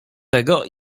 tego